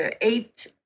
eight